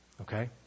okay